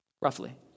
roughly